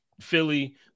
Philly